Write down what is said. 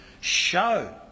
show